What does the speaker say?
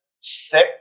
Six